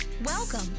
Welcome